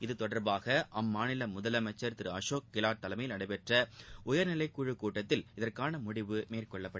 இதுதொடர்பாக அம்மாநில முதலமைச்சர் திரு அசோக் கிலாட் தலைமையில் நடைபெற்ற உயர்நிலை குழு கூட்டத்தில் இதற்கான முடிவு மேற்கொள்ளப்பட்டது